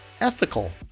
ethical